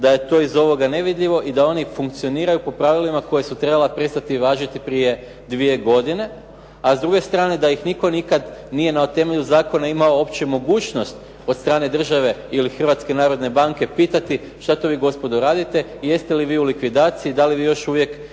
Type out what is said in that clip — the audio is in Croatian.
da je to iz ovoga nevidljivo i da oni funkcioniraju po pravilima koja su trebala prestati važiti prije dvije godine, a s druge strane da ih nitko nikad nije na temelju zakona imao uopće mogućnost od strane države ili Hrvatske narodne banke pitati što to vi gospodo radite i jeste li vi u likvidaciji, da li vi još uvijek,